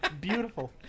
Beautiful